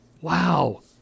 Wow